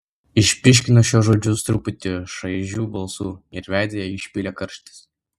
išpyškino šiuos žodžius truputį šaižiu balsu ir veidą jai išpylė karštis